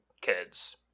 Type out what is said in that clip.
kids